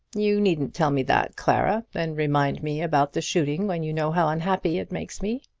you needn't tell me that, clara, and remind me about the shooting when you know how unhappy it makes me.